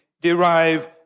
derive